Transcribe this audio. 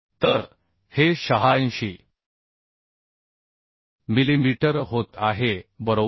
तर हे 86 मिलीमीटर होत आहे बरोबर